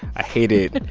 i hate it. and